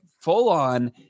full-on